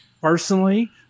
personally